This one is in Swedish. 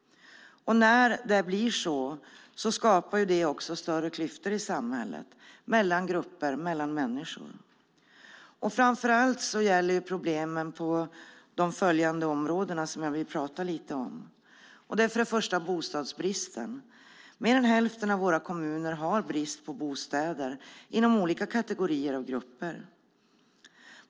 När det blir så skapar det också större klyftor i samhället mellan grupper och mellan människor. Framför allt gäller problemen följande områden som jag vill prata lite om. Det är för det första bostadsbristen. Mer än hälften av våra kommuner har brist på bostäder inom olika kategorier.